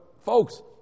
folks